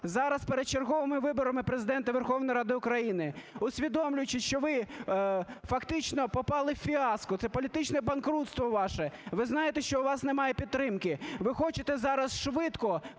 Зараз перед черговими виборами Президента і Верховної Ради України, усвідомлюючи, що ви фактично попали в фіаско, це політичне банкрутство ваше, ви знаєте, що у вас немає підтримки, ви хочете зараз швидко